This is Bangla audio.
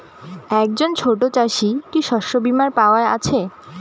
একজন ছোট চাষি কি শস্যবিমার পাওয়ার আছে?